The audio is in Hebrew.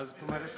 מה זאת אומרת?